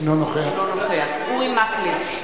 אינו נוכח אורי מקלב,